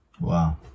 Wow